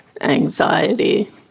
anxiety